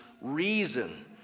reason